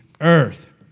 earth